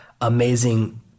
amazing